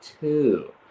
two